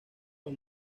los